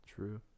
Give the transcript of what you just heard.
True